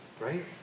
Right